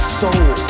soul